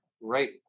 right